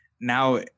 now